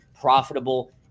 profitable